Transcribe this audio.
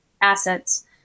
assets